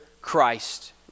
Christ